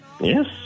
Yes